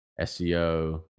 seo